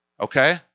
Okay